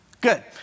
Good